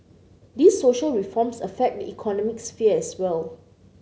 these social reforms affect the economic sphere as well